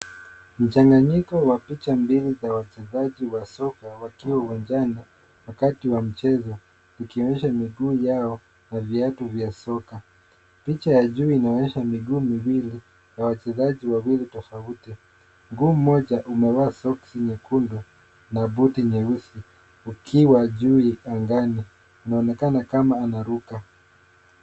Mchanganyiko wa picha mbili za wachezaji wa soka wakiwa uwanjani wakati wa michezo ukionyesha miguu yao na viatu vya soka. Picha ya juu inaonyesha miguu miwili za wachezaji wawili tofauti. Mguu moja umevaa soksi nyekundu na buti nyeusi ukiwa juu angani na anaonekana kama anaruka.